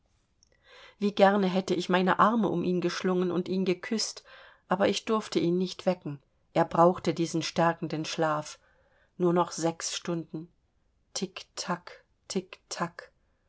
wie gern hätte ich meine arme um ihn geschlungen und ihn geküßt aber ich durfte ihn nicht wecken er brauchte diesen stärkenden schlaf nur noch sechs stunden tik tak tik tak